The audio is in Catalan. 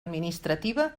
administrativa